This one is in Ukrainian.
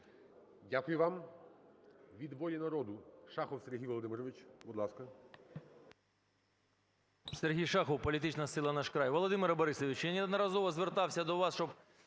Дякую вам. Від "Волі народу" Шахов Сергій Володимирович, будь ласка.